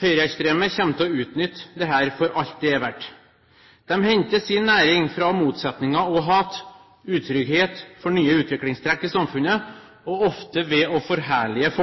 Høyreekstreme kommer til å utnytte dette for alt det er verdt. De henter sin næring fra motsetninger og hat, utrygghet for nye utviklingstrekk i samfunnet og ofte ved å forherlige